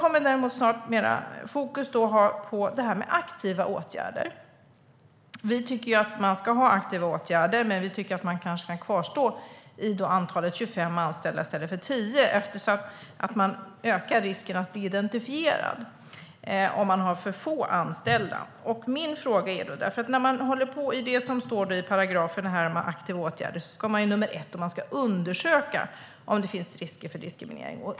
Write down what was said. Mitt fokus är på aktiva åtgärder. Vi tycker att man ska ha aktiva åtgärder. Men man kan kanske kvarstå i antalet 25 anställda i stället för 10 eftersom man ökar risken att människor blir identifierade om man har för få anställda. I paragrafen om aktiva åtgärder står det att man först ska undersöka om det finns risker för diskriminering.